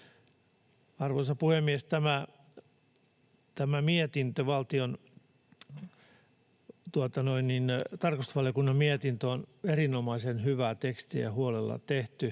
Arvoisa puhemies! Tämä tarkastusvaliokunnan mietintö on erinomaisen hyvää tekstiä ja huolella tehty